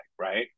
right